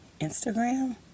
Instagram